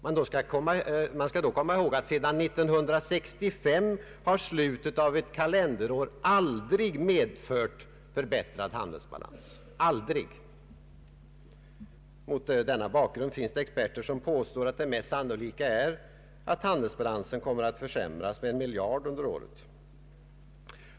Man skall då komma ihåg att sedan 1965 slutet av ett kalenderår aldrig har medfört förbättrad handelsbalans. Mot denna bakgrund finns det experter som påstår att det mest sannolika är att handelsbalansen kommer att försämras med en miljard under året.